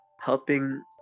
helping